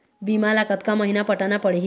बीमा ला कतका महीना पटाना पड़ही?